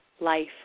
life